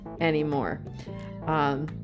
anymore